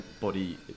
body